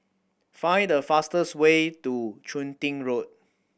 find the fastest way to Chun Tin Road